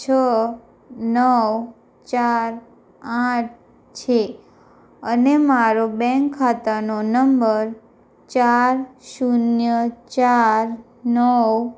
છ નવ ચાર આઠ છે અને મારો બેંક ખાતાનો નંબર ચાર શૂન્ય ચાર નવ